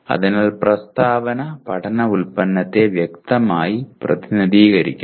അതിനാൽ പ്രസ്താവന പഠന ഉൽപ്പന്നത്തെ വ്യക്തമായി പ്രതിനിധീകരിക്കണം